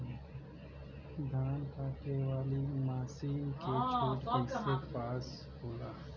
धान कांटेवाली मासिन के छूट कईसे पास होला?